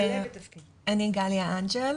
אני גליה אנג'ל,